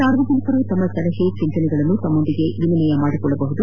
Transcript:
ಸಾರ್ವಜನಿಕರು ತಮ್ಮ ಸಲಹೆ ಚಿಂತನೆಗಳನ್ನು ತಮ್ಮದೊಂದಿಗೆ ವಿನಿಯಮ ಮಾಡಿಕೊಳ್ಳಬಹುದು